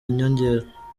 inyongera